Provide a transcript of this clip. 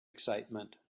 excitement